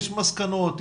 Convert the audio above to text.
יש מסקנות?